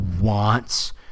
wants